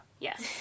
Yes